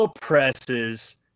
presses